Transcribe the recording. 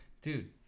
Dude